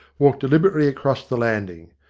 walked deliberately across the landing.